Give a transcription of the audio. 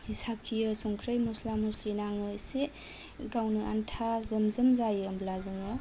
साखियो संख्रै मस्ला मस्लि नाङो एसे गावनो आन्था जोमजोम जायो होमब्ला जोङो खांबाय